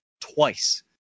twice